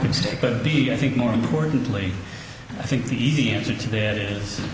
but the i think more importantly i think the easy answer to that is